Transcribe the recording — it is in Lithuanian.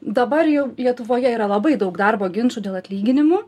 dabar jau lietuvoje yra labai daug darbo ginčų dėl atlyginimų